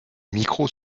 micros